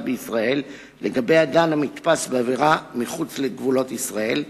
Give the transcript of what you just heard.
בישראל לגבי אדם הנתפס בעבירה מחוץ לגבולות ישראל,